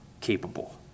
capable